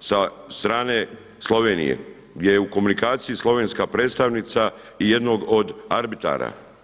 sa strane Slovenije gdje je u komunikaciji slovenska predstavnica i jednog od arbitara.